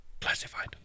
Classified